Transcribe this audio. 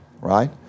right